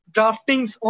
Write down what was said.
Draftings